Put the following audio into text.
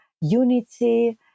unity